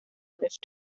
left